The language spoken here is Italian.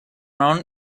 non